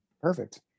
Perfect